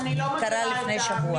זה קרה לפני שבוע.